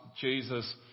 Jesus